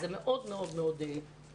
זה מאוד מאוד חשוב.